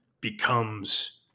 becomes